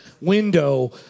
Window